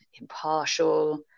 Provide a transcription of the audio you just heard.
impartial